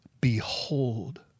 Behold